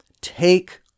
Take